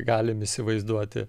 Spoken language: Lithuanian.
galim įsivaizduoti